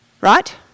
right